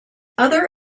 other